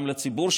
גם לציבור,